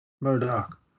Murdoch